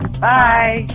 Bye